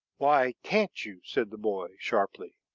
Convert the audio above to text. why can't you? said the boy, sharply.